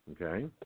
Okay